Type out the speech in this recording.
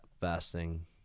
Fasting